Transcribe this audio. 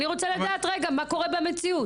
אני רוצה לדעת רגע מה קורה במציאות?